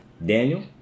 Daniel